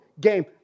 game